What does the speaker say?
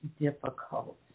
difficult